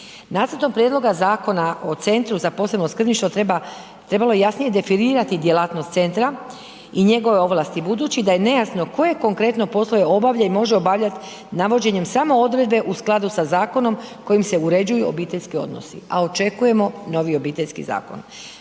Nacrtom Prijedloga Zakona o Centru za posebno skrbništvo treba, trebalo je jasnije definirati djelatnost centra i njegove ovlasti budući da je nejasno koje konkretno poslove obavlja i može obavljati navođenjem samo odredbe u skladu sa zakonom kojim se uređuju obiteljski odnosi, a očekujemo novi Obiteljski zakon.